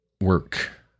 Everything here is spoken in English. work